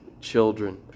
children